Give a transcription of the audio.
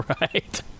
right